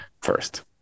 first